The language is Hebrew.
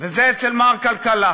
וזה אצל מר כלכלה.